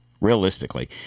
realistically